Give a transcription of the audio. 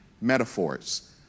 metaphors